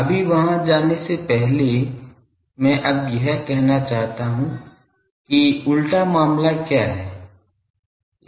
अभी वहां जाने से पहले मैं अब यह कहना चाहता हूं कि उल्टा मामला क्या है